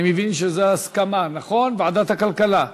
ועדת הכלכלה.